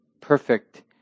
perfect